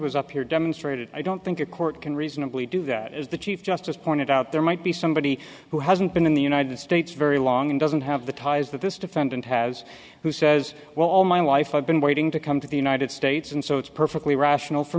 was up here demonstrated i don't think a court can reasonably do that as the chief justice pointed out there might be somebody who hasn't been in the united states very long and doesn't have the ties that this defendant has who says well all my life i've been waiting to come to the united states and so it's perfectly rational for